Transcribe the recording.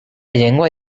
llengua